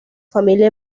familia